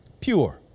pure